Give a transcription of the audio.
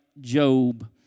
Job